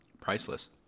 priceless